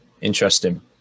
Interesting